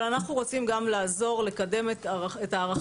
אבל אנחנו רוצים גם לעזור לקדם את הערכים